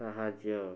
ସାହାଯ୍ୟ